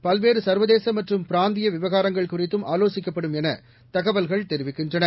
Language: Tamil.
பல்வேறு சர்வதேச மற்றும் பிராந்திய விவகாரங்கள் குறித்தும் ஆலோசிக்கப்படும் என தகவல்கள் தெரிவிக்கின்றன